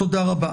תודה רבה.